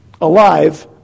alive